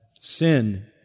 sin